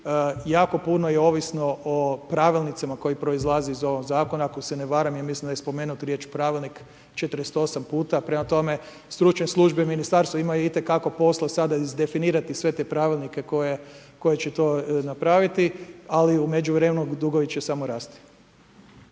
Jako puno je ovisno o pravilnicima koji proizlaze iz ovog zakona. Ako se ne varam, ja mislim da je spomenuta riječ pravilnik 48 puta, prema tome, stručne službe ministarstva imaju itekako posla sada izdefinirati sve te pravilnike koje će to napraviti. Ali u međuvremenu dugovi će samo rasti.